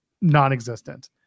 non-existent